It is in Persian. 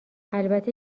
البته